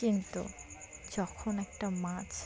কিন্তু যখন একটা মাছ